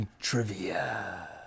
Trivia